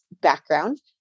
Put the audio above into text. background